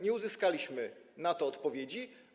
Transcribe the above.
Nie uzyskaliśmy na to odpowiedzi.